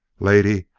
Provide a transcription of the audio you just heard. lady,